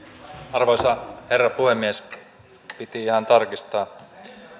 arvoisa herra puhemies piti ihan tarkistaa